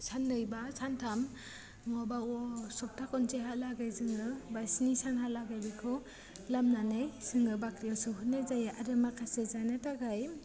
साननै बा सानथाम नङाबा सप्ता खनसेहा लागै जोङो बा स्नि सानहा लागै बेखौ लामनानै जोङो बाख्रियाव सोहरनाय जायो आरो माखासे जानो थाखाय